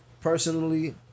Personally